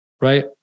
right